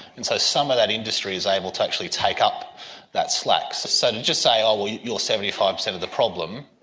and so some of that industry is able to actually take up that slack. so so to just say, oh, you're seventy five percent of the problem',